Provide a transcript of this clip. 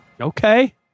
Okay